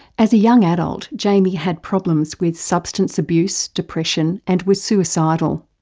as a young adult jamie had problems with substance abuse, depression and was suicidal.